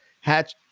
hatch